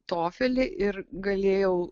tofilį ir galėjau